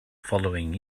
following